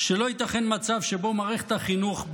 שלא ייתכן מצב שבו מערכת החינוך,